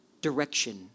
direction